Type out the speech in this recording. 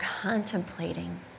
contemplating